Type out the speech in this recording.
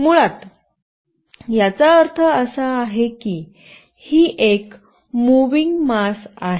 मुळात याचा अर्थ असा आहे की एक मूव्हिंग मास आहे